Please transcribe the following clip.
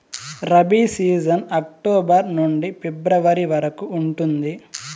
rabi season October నుండి February వరకు ఉంటుంది